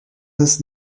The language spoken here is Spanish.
las